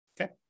Okay